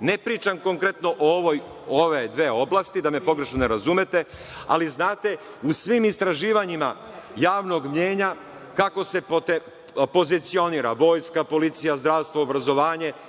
Ne pričam konkretno o ove dve oblasti, da me pogrešno ne razumete, ali znate u svim istraživanjima javnog mnjenja kako se pozicionira vojska, policija, zdravstvo, obrazovanje.